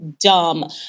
dumb